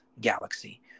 galaxy